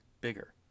bigger